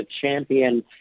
champion